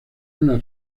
una